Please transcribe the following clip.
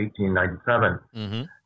1897